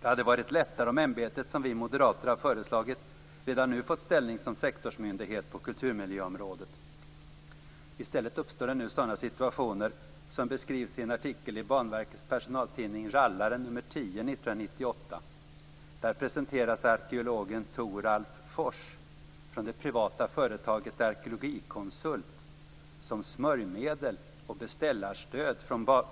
Det hade varit lättare om ämbetet, som vi moderater har föreslagit, redan nu fått ställning som sektorsmyndighet på kulturmiljöområdet. I stället uppstår det nu sådana situationer som beskrivs i en artikel i Banverkets personaltidning Rallaren nr 10, 1998. Där presenteras arkeologen Toralf Fors, från det privata företaget Arkeologikonsult, som smörjmedel och beställarstöd